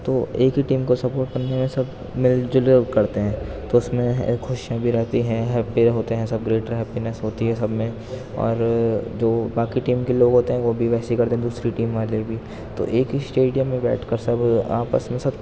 تو ایک ہی ٹیم کو سپوٹ کرنے میں سب مل جل کرتے ہیں تو اس میں خوشیاں بھی رہتی ہیں ہیپی ہوتے ہیں سب گریٹر ہیپینیس ہوتی ہے سب میں اور جو باقی ٹیم کے لوگ ہوتے ہیں وہ بھی ویسے ہی کرتے ہیں دوسری ٹیم والے بھی تو ایک اسٹیڈیم میں بیٹھ کر سب آپس میں سب